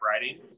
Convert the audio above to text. writing